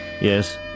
Yes